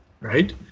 right